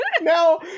now